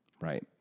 Right